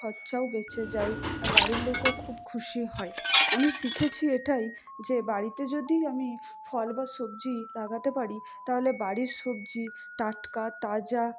খরচাও বেচে যায় আর বাড়ির লোকও খুব খুশি হয় আমি শিখেছি এটাই যে বাড়িতে যদি আমি ফল বা সবজি লাগাতে পারি তাহলে বাড়ির সবজি টাটকা তাজা